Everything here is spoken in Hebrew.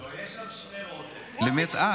אה.